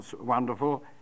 wonderful